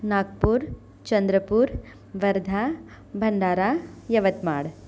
Nagpur Chandrapur Wardha Bhandara Yavatmal